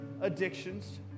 addictions